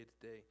today